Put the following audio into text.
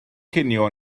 cinio